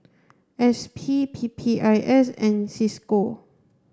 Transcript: S P P P I S and Cisco